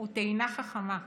הוא טעינה חכמה,